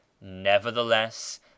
nevertheless